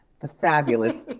the fabulous.